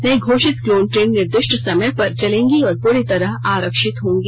नई घोषित clone train निर्दिष्ट् समय पर चलेंगी और पूरी तरह आरक्षित होंगी